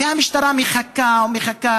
המשטרה מחכה ומחכה,